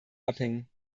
abhängen